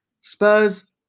Spurs